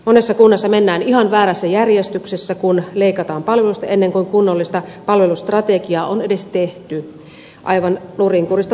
monessa kunnassa mennään ihan väärässä järjestyksessä kun leikataan palveluista ennen kuin kunnollista palvelustrategiaa on edes tehty aivan nurinkurista touhua sinänsä